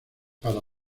para